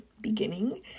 beginning